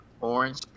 orange